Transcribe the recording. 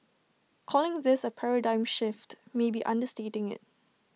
calling this A paradigm shift may be understating IT